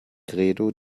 credo